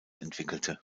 entwickelte